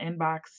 inbox